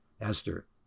Esther